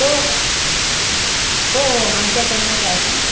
हो हो हो हो आमच्याकडूनच आहे